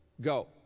Go